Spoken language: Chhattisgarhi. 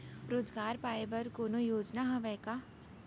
रोजगार पाए बर कोनो योजना हवय का?